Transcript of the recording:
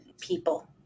people